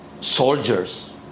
soldiers